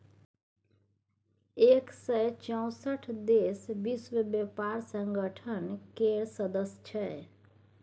एक सय चौंसठ देश विश्व बेपार संगठन केर सदस्य छै